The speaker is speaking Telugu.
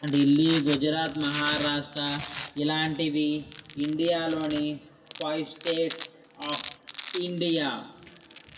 ఢిల్లీ గుజరాత్ మహారాష్ట్ర ఇలాంటిది ఇండియాలోని ఫైవ్ స్టేట్స్ ఆఫ్ ఇండియా